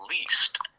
least